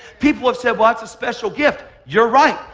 people have said, well, that's a special gift. you're right.